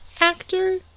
actor